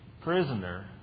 prisoner